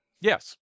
Yes